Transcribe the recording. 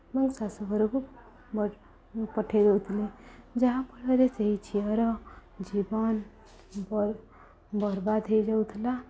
ଏବଂ ଶାଶୁ ଘରକୁ ପଠାଇ ଦେଉଥିଲେ ଯାହା ଫଳରେ ସେହି ଝିଅର ଜୀବନ ବର୍ବାଦ ହୋଇଯାଉଥିଲା